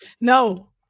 No